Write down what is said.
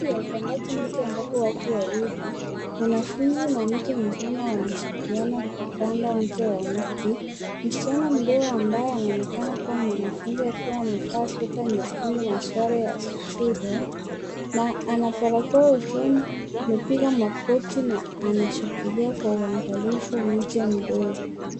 Shughuli ya upandaji miti ambapo watu wawili, mwanafunzi na mtu mzima wanashirikiana kupanda mche wa mti. Msichana mdogo ambaye anaonekana kuwa mwanafunzi akiwa amevaa sweta nyekundu na sare ya shule na ana barakoa usoni. Amepiga magoti na anashikilia kwa uangalifu mche mdogo.